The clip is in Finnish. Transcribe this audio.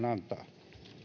antaa